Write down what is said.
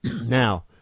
Now